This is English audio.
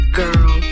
girl